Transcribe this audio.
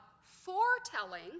foretelling